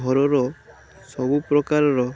ଘରର ସବୁ ପ୍ରକାରର